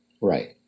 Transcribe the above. right